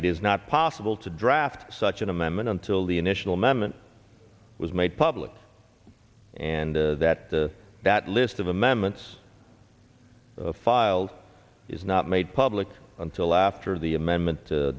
it is not possible to draft such an amendment until the initial memon was made public and that the that list of amendments filed is not made public until after the amendment